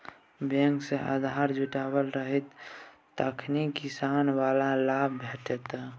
bank सँ आधार जुटल रहितौ तखने किसानी बला लाभ भेटितौ